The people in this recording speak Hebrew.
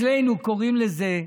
אצלנו קוראים לזה: